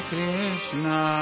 Krishna